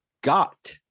got